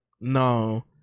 No